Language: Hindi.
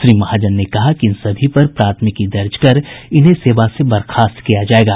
श्री महाजन ने कहा कि इन सभी पर प्राथमिकी दर्ज कर इन्हें सेवा से बर्खास्त किया जायेगा